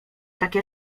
takie